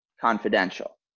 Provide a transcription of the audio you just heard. confidential